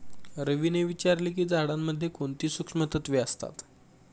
रवीने विचारले की झाडांमध्ये कोणती सूक्ष्म तत्वे असतात?